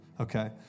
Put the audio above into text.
okay